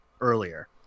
earlier